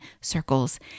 circles